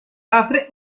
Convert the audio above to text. apre